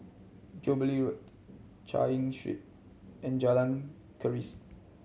Jubilee Road Chay Yan Street and Jalan Keris